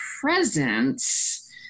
presence